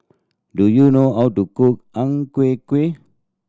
do you know how to cook Ang Ku Kueh